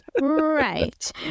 Right